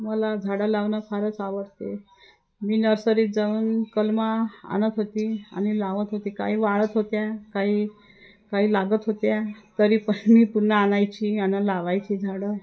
मला झाडं लावणं फारच आवडते मी नर्सरीत जाऊन कलमा आणत होती आणि लावत होती काही वाळत होत्या काही काही लागत होत्या तरी पण मी पुन्हा आणायची आणि लावायची झाडं